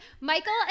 Michael